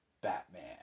Batman